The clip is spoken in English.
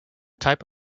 type